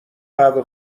قهوه